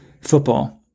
football –